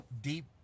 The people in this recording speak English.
deep